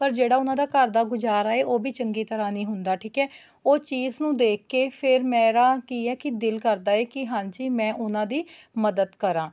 ਪਰ ਜਿਹੜਾ ਉਹਨਾਂ ਦਾ ਘਰ ਦਾ ਗੁਜ਼ਾਰਾ ਹੈ ਉਹ ਵੀ ਚੰਗੀ ਤਰ੍ਹਾਂ ਨਹੀਂ ਹੁੰਦਾ ਠੀਕ ਹੈ ਉਹ ਚੀਜ਼ ਨੂੰ ਦੇਖ ਕੇ ਫਿਰ ਮੇਰਾ ਕੀ ਹੈ ਕਿ ਦਿਲ ਕਰਦਾ ਹੈ ਕਿ ਹਾਂਜੀ ਮੈਂ ਉਹਨਾਂ ਦੀ ਮਦਦ ਕਰਾਂ